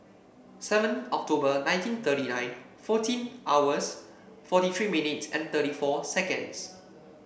seven October nineteen thirty nine fourteen hours forty three minutes and thirty four seconds